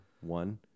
one